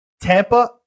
Tampa